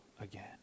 again